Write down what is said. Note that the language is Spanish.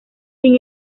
sin